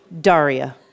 Daria